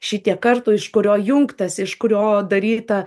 šitiek kartų iš kurio jungtasi iš kurio daryta